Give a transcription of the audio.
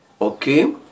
Okay